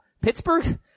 Pittsburgh